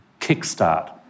kickstart